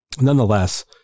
nonetheless